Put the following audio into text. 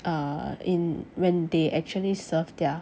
err in when they actually serve their